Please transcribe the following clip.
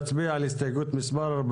כחברי כנסת ולא כיו"ר הוועדה,